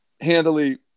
handily